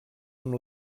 amb